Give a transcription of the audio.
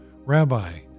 Rabbi